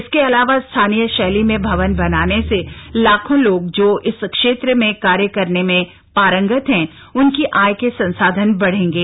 इसके अलावा स्थानीय शैली में भवन बनाने से लाखों लोग जो इस क्षेत्र में कार्य करने में पारंगत हैं उनकी आय के संसाधन बढ़ेंगे